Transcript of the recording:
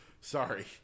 Sorry